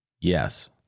Yes